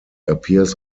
appears